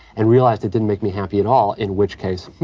and realized it didn't make me happy at all, in which case,